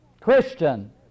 Christian